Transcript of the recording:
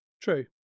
True